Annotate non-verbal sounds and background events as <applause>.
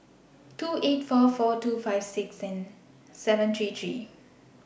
<noise> two eight four four two five six seven three three